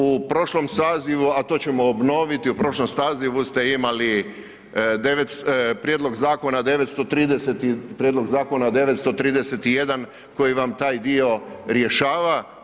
U prošlom sazivu, a to ćemo obnoviti, u prošlom sazivu ste imali 900, prijedlog zakona 930 i prijedlog zakona 931 koji vam taj dio rješava.